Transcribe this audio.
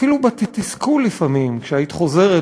אפילו בתסכול, לפעמים, כשהיית חוזרת.